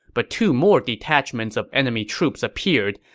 but two more detachments of enemy troops appeared,